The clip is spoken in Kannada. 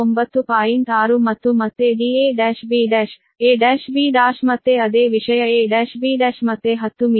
6 ಮತ್ತು ಮತ್ತೆ da1b1 a1b1 ಮತ್ತೆ ಅದೇ ವಿಷಯ a1b1 ಮತ್ತೆ 10 ಮೀಟರ್